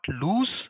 lose